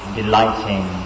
delighting